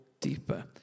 deeper